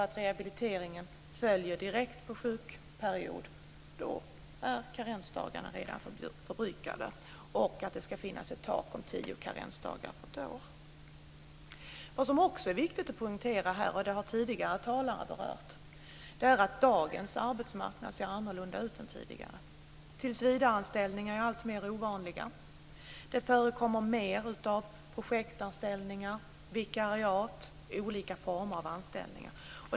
Om rehabiliteringen följer direkt efter en sjukperiod är karensdagarna redan förbrukade. Det ska finnas ett tak på tio karensdagar per år. Det är också viktigt att poängtera att dagens arbetsmarknad ser annorlunda ut än tidigare. Tillsvidareanställningar blir alltmer ovanliga. Det förekommer fler projektanställningar, vikariat och andra former av anställningar.